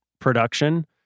Production